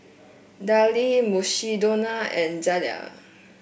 Darlie Mukshidonna and Zalia